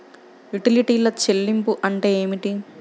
యుటిలిటీల చెల్లింపు అంటే ఏమిటి?